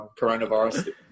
coronavirus